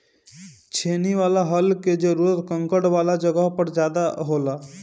छेनी वाला हल कअ जरूरत कंकड़ वाले जगह पर ज्यादा होला